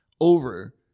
over